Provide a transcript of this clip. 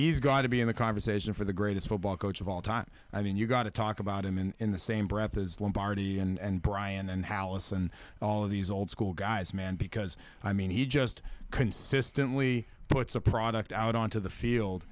he's got to be in the conversation for the greatest football coach of all time i mean you got to talk about him in the same breath as long barty and brian and house and all of these old school guys man because i mean he just consistently puts a product out onto the field